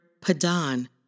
padan